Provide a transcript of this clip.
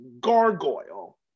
Gargoyle